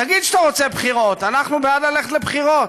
תגיד שאתה רוצה בחירות, אנחנו בעד ללכת לבחירות.